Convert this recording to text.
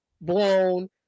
blown